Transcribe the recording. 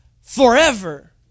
forever